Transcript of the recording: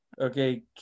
okay